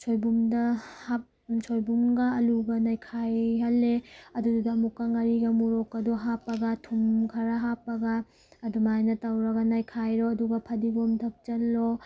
ꯁꯣꯏꯕꯨꯝꯗ ꯁꯣꯏꯕꯨꯝꯒ ꯑꯥꯜꯂꯨꯒ ꯅꯩꯈꯥꯏꯍꯜꯂꯦ ꯑꯗꯨꯗꯨꯗ ꯑꯃꯨꯛꯀ ꯉꯥꯔꯤꯒ ꯃꯣꯔꯣꯛꯀꯗꯣ ꯍꯥꯞꯄꯒ ꯊꯨꯝ ꯈꯔ ꯍꯥꯞꯄꯒ ꯑꯗꯨꯃꯥꯏꯅ ꯇꯧꯔꯒ ꯅꯩꯈꯥꯏꯔꯣ ꯑꯗꯨꯒ ꯐꯗꯤꯒꯣꯝ ꯊꯥꯛꯆꯤꯜꯂꯣ